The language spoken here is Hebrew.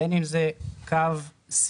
בין אם זה קו סיוע